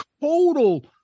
total